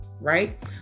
right